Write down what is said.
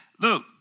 look